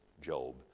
Job